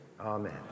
Amen